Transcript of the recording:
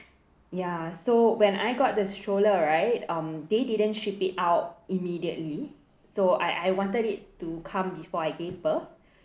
ya so when I got the stroller right um they didn't ship it out immediately so I I wanted it to come before I gave birth